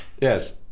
yes